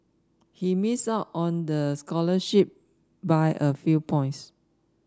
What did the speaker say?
he missed out on the scholarship by a few points